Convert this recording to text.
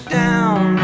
down